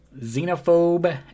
xenophobe